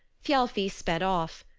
thialfi sped off.